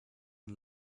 and